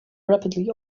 rapidly